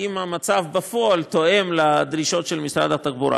האם המצב בפועל תואם לדרישות של משרד התחבורה?